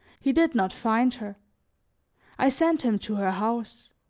he did not find her i sent him to her house.